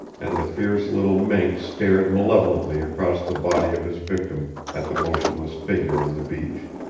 and the fierce little mink stared malevolently across the body of his victim at the motionless figure on the beach.